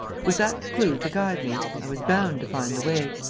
with that clue to guide me, i was bound to find the way.